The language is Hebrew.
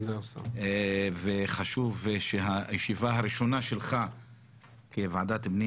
חשוב שהישיבה הראשונה שלך כוועדת פנים